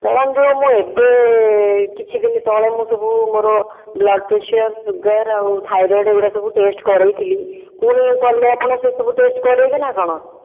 madam ଯେଉଁ ମୁଁ ଏବେ କିଛି ଦିନ ତଳେ ମୁଁ ସବୁ ମୋର ବ୍ଲଡ଼ପ୍ରେସର ସୁଗାର ଆଉ ଥାଇରଏଡ଼ ଏଗୁଡ଼ାକ ସବୁ ଟେଷ୍ଟ କରେଇଥିଲି ପୁଣି ଗଲେ ଆପଣ ସେସବୁ ଟେଷ୍ଟ କରେଇବେ ନା କ'ଣ